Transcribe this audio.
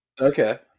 Okay